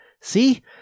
See